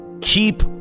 Keep